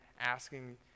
asking